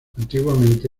antiguamente